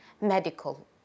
medical